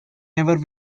ever